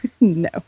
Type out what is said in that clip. no